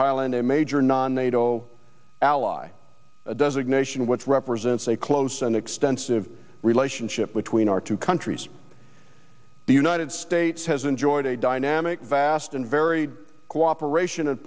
thailand a major non nato ally a designation which represents a close and extensive relationship between our two countries the united states has enjoyed a dynamic vast and varied cooperation a